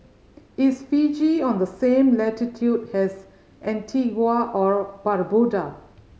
is Fiji on the same latitude as Antigua or Barbuda